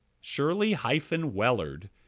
Shirley-Wellard